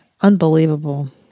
Unbelievable